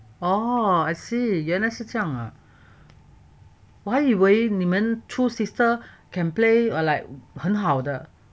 oh I see 原来是这样啊我还以为你们 two sister can play or like 很好的